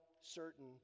certain